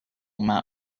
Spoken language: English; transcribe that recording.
amount